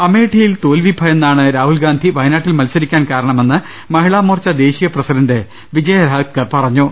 അമേഠിയിൽ തോൽവി ഭയന്നാണ് രാഹുൽഗാന്ധി വയനാട്ടിൽ മത്സ രിക്കാൻ കാരണമെന്ന് മഹിളാമോർച്ച ദേശീയ പ്രസിഡന്റ് വിജയ രഹാ ത്കർ പറഞ്ഞു